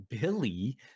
billy